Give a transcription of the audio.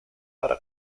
para